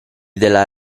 nella